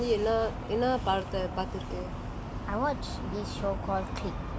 so நீ வந்து:nee vanthu like recently என்ன என்ன படத்த பார்த்திருக்க:enna enna padatha parthirukka